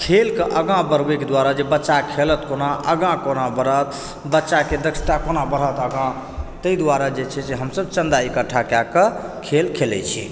खेलके आगाँ बढ़बैक दुआरे जे बच्चा खेलत कोना आगाँ कोना बढ़त बच्चाके दक्षता कोना बढ़त आगाँ तै दुआरे जे छै से हमसब चन्दा एकट्ठा कए कऽ खेल खेलै छी